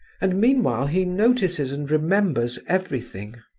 and meanwhile he notices and remembers everything.